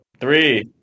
Three